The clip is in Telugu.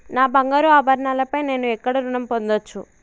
నా బంగారు ఆభరణాలపై నేను ఎక్కడ రుణం పొందచ్చు?